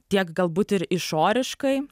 tiek galbūt ir išoriškai